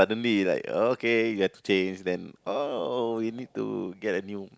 suddenly like okay you have to change then oh you need to get a new